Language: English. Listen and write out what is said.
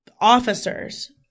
officers